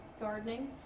gardening